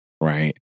Right